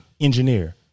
engineer